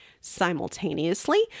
Simultaneously